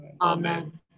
Amen